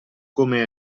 come